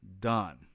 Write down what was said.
done